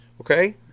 Okay